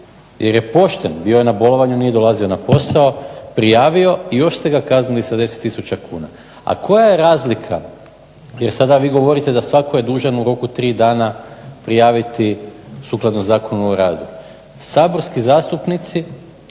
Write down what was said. jer je pošten, bio je na bolovanju, nije dolazio na posao, prijavio i još ste ga kaznili sa 10000 kuna. A koja je razlika, jer sada vi govorite da svatko je dužan u roku 3 dana prijaviti sukladno Zakonu o radu. Saborski zastupnici